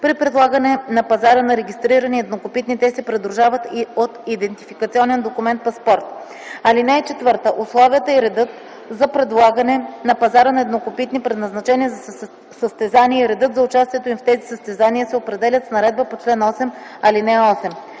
При предлагане на пазара на регистрирани еднокопитни те се придружават и от идентификационен документ (паспорт). (4) Условията и редът за предлагане на пазара на еднокопитни, предназначени за състезания, и редът за участието им в тези състезания се определят с наредба по чл. 8, ал. 8.”